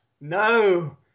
No